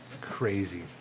Crazy